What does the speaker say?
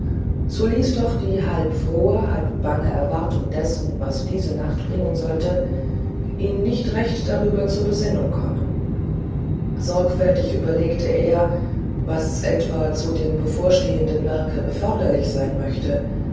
so ließ doch die halb frohe halb bange erwartung dessen was diese nacht bringen sollte ihn nicht recht darüber zur besinnung kommen sorgfältig überlegte er was etwa zu dem bevorstehenden werke erforderlich sein möchte